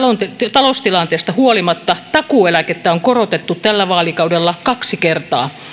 taloustilanteesta huolimatta takuueläkettä on korotettu tällä vaalikaudella kaksi kertaa